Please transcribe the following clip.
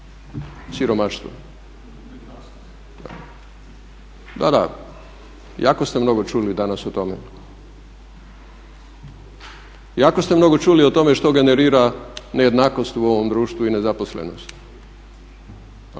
siromaštvo. Da, da jako ste mnogo čuli danas o tome. Jako ste mnogo čuli o tome što generira nejednakost u ovom društvu i nezaposlenost.